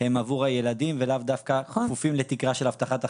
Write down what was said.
הם עבור הילדים ולאו דווקא כפופים לתקרה של הבטחת הכנסה.